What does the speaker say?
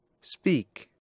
Speak